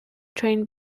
trained